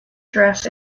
dress